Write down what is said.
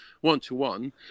one-to-one